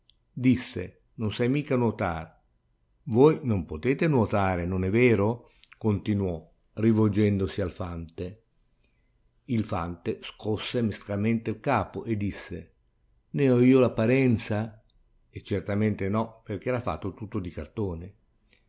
in essi disse non sai mica nuotar voi non potete nuotare non è vero continuò rivolgendosi al fante il fante scosse mestamente il capo e disse ne ho io l'apparenza e